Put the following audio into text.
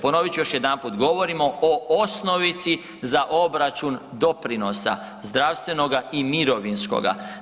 Ponovit ću još jedanput, govorimo o osnovici za obračun doprinosa zdravstvenoga i mirovinskoga.